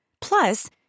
Plus